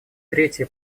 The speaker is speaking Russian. третье